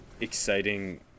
exciting